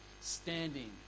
standing